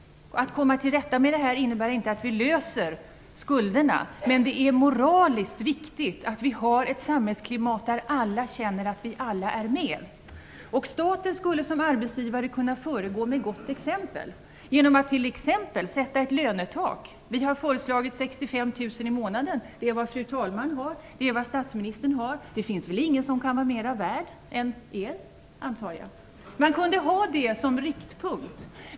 Att vi kommer till rätta med detta innebär inte att vi löser skulderna, men det är moraliskt viktigt att vi har ett samhällsklimat där alla känner att vi alla är med och betalar. Staten skulle kunna föregå med gott exempel som arbetsgivare genom att t.ex. sätta ett lönetak. Vi har föreslagit 65 000 kronor i månaden. Det är vad fru talmannen och statsministern har. Det finns väl ingen som kan vara värd mer än de antar jag. Vi kunde ha det som riktpunkt.